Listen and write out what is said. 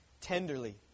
tenderly